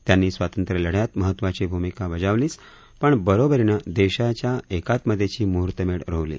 त्यांनी स्वांतत्र्यलढ्यात महत्वाची भूमिका बजावलीच पण बरोबरीनं देशाच्या एकात्मतेची म्हर्तमेढ रोवली